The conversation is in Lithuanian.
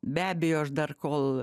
be abejo aš dar kol